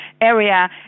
area